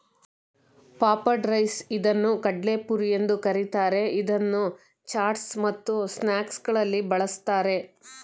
puffed rice ಇದನ್ನು ಕಡಲೆಪುರಿ ಎಂದು ಕರಿತಾರೆ, ಇದನ್ನು ಚಾಟ್ಸ್ ಮತ್ತು ಸ್ನಾಕ್ಸಗಳಲ್ಲಿ ಬಳ್ಸತ್ತರೆ